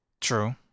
True